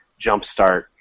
jumpstart